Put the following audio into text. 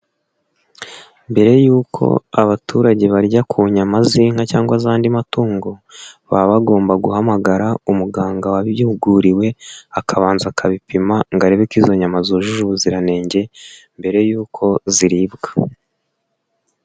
Mbere y'uko abaturage barya ku nyama z'inka cyangwaz'andi matungo, baba bagomba guhamagara umuganga wabyuriwe akabanza akabipima ngo arebe ko izo nyama zujuje ubuziranenge mbere y'uko ziribwa.